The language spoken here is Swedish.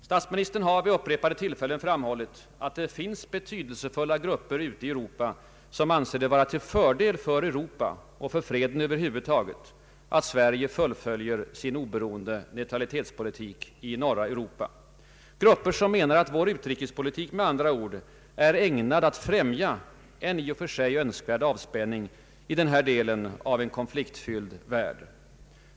Statsministern har vid upprepade tillfällen framhållit att det finns betydelsefulla grupper ute i Europa, som anser det vara till fördel för Europa och freden över huvud taget att Sverige fullföljer sin oberoende neutralitetspolitik i norra Europa, grupper som menar att vår utrikespolitik med andra ord är ägnad att främja en i och för sig önskvärd avspänning i denna del av en konfliktfylld värld.